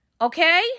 okay